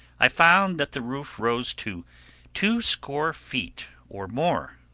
i found that the roof rose to two score feet or more.